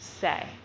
say